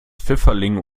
pfifferling